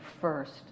first